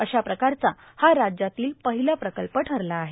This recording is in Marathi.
अशा प्रकारचा हा राज्यातील र्पाहला प्रकल्प ठरला आहे